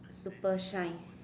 super shine